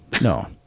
no